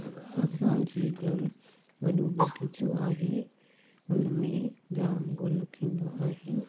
असां असांजी घरु वॾो बगीचो आहे उनमें जाम गुल थींदा आहिनि